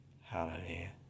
Hallelujah